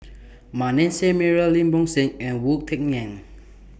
Manasseh Meyer Lim Bo Seng and Wu Tsai Yen